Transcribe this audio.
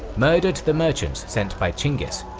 murdered the merchants sent by chinggis.